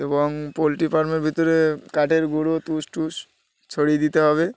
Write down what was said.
এবং পোলট্রি ফার্মের ভিতরে কাঠের গুঁড়ো তুষ টুস ছড়িয়ে দিতে হবে